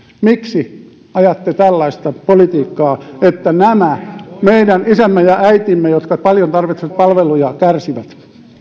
miksi ajatte tällaista politiikkaa että nämä meidän isämme ja äitimme jotka paljon tarvitsevat palveluja kärsivät